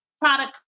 product